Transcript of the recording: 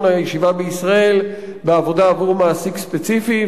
הישיבה בישראל בעבודה עבור מעסיק ספציפי,